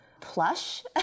plush